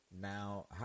now